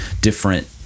different